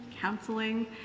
counseling